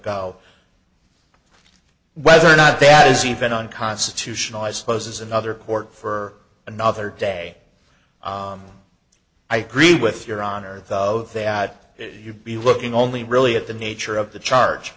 go whether or not that is even unconstitutional i suppose is another court for another day i agree with your on earth of that you'd be looking only really at the nature of the charge